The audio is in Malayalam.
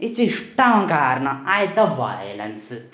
എച്ചിഷ്ടാകാൻ കാരണം അതിലത്തെ വയലൻസ്